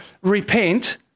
repent